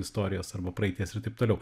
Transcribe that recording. istorijos arba praeities ir taip toliau